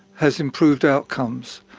has improved outcomes.